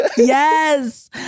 Yes